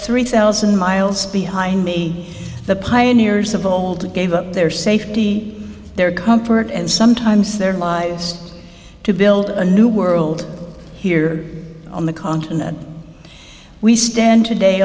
three thousand miles behind me the pioneers of old gave up their safety their comfort and sometimes their lives to build a new world here on the continent we stand today